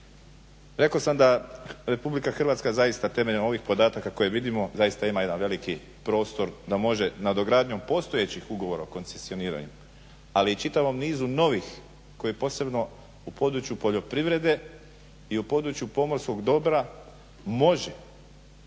Rekao sam da Republika Hrvatska zaista temeljem ovih podataka koje vidimo zaista ima jedan veliki prostor da može nadogradnjom postojećih ugovora o koncesioniranju ali i čitavom nizu novih koji posebno u području poljoprivrede i u području pomorskog dobra može